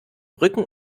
rücken